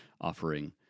offering